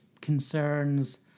concerns